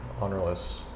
honorless